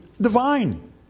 divine